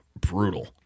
brutal